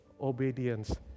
obedience